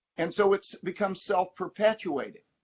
and so it becomes self-perpetuating.